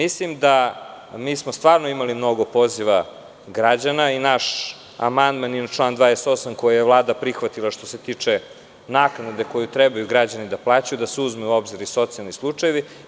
Imali smo mnogo poziva građana i naš amandman na član 28. koji je Vlada prihvatila, koji se tiče naknade koju trebaju građani da plaćaju da se uzmu u obzir socijalni slučajevi.